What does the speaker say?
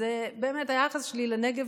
אז, באמת, זה היחס שלי לנגב.